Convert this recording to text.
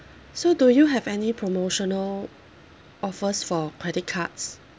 so do you have any promotional offers for credit cards